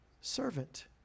servant